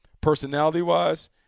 Personality-wise